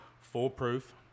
foolproof